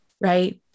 right